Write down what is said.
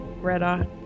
Greta